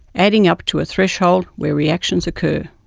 adding up to a threshold where reactions occur.